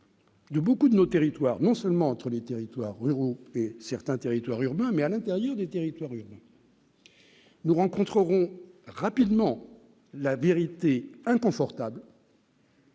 De beaucoup de nos territoires, non seulement entre les territoires ruraux certains territoires urbains, mais à l'intérieur des territoires, nous rencontrerons rapidement la vérité inconfortable.